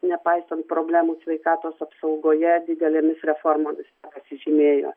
nepaisant problemų sveikatos apsaugoje didelėmis reformomis nepasižymėjo